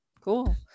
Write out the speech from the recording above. Cool